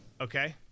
okay